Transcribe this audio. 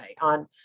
on